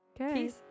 okay